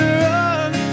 run